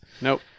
Nope